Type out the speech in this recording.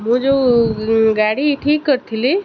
ମୁଁ ଯେଉଁ ଗାଡ଼ି ଠିକ୍ କରିଥିଲି